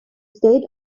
state